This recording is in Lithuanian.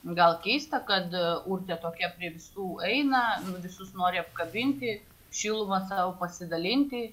gal keista kad urtė tokia prie visų eina visus nori apkabinti šiluma savo pasidalinti